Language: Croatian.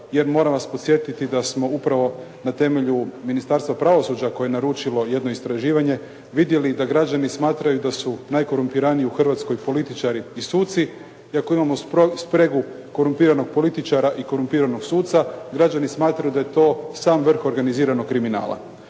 jer moram vas podsjetiti da smo upravo na temelju Ministarstva pravosuđa koje je naručilo jedno istraživanje vidjeli da građani smatraju da su najkorumpiraniji u Hrvatskoj političari i suci. I ako imamo spregu korumpiranog političara i korumpiranog suca građani smatraju da je to sam vrh organiziranog kriminala.